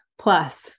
Plus